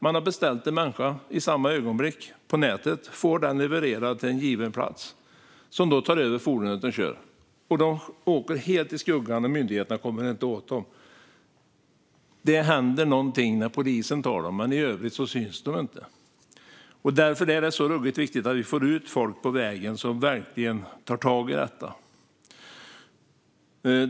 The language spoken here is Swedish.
På nätet har man samtidigt beställt en människa, som levereras till en given plats och tar över fordonet och kör. De åker helt i skuggan, och myndigheterna kommer inte åt dem. Det händer något om polisen tar dem. Men i övrigt syns de inte. Därför är det ruggigt viktigt att få ut folk på vägen som verkligen tar tag i detta.